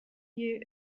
you